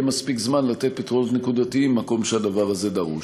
מספיק זמן לתת פתרונות נקודתיים במקום שהדבר הזה דרוש.